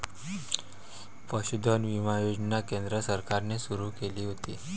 पशुधन विमा योजना केंद्र सरकारने सुरू केली होती